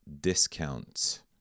discount